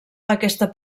aquesta